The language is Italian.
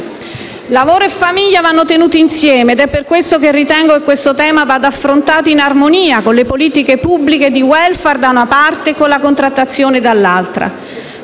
Lavoro e famiglia vanno tenuti insieme ed è per questo che ritengo che questo tema vada affrontato in armonia con le politiche pubbliche di *welfare*, da una parte, e con la contrattazione, dall'altra.